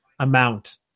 Amount